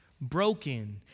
broken